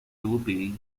europei